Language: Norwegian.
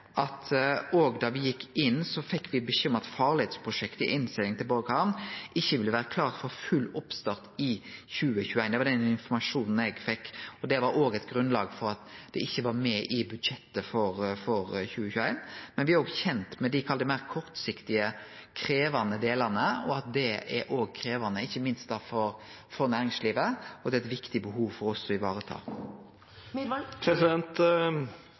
at da me gjekk inn, fikk me beskjed om at farleisprosjektet for innsegling til Borg hamn ikkje ville vere klart til full oppstart i 2021. Det var den informasjonen eg fekk, og det var òg eit grunnlag for at dette ikkje var med i budsjettet for 2021. Men me er òg kjent med dei meir kortsiktige, krevjande delane, og at det er krevjande ikkje minst for næringslivet, og det er eit viktig behov for oss å